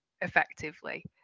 effectively